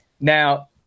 now